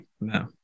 No